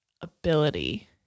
ability